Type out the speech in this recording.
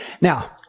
Now